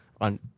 on